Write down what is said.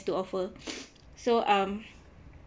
to offer so um